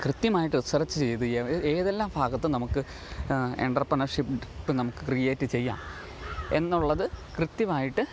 കൃത്യമായിട്ട് റിസർച്ച് ചെയ്തെയ്താൽ ഏതെല്ലാം ഭാഗത്ത് നമുക്ക് എൻട്രർപ്രണർഷിപ്പ് നമുക്ക് ക്രീയേറ്റ് ചെയ്യാം എന്നുള്ളത് കൃത്യമായിട്ട്